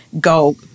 go